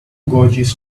gorgeous